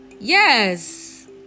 Yes